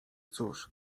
cóż